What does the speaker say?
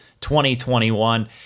2021